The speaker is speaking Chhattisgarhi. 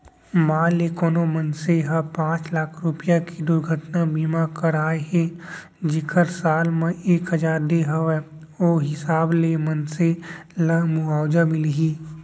मान ले कोनो मनसे ह पॉंच लाख रूपया के दुरघटना बीमा करवाए हे जेकर साल म एक हजार दे हवय ओ हिसाब ले मनसे ल मुवाजा मिलही